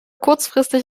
kurzfristig